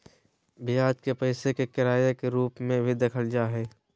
ब्याज के पैसे के किराए के रूप में भी देखल जा हइ